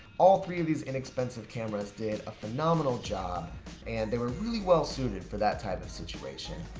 all three of these inexpensive cameras did a phenomenal job and they were really well suited for that type of situation.